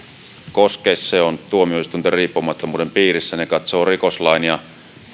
koske se on tuomioistuinten riippumattomuuden piirissä ne katsovat rikoslain ja